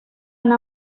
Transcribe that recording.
ana